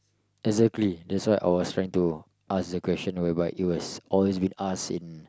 exactly that's why I was trying to ask the question but it was always been asked in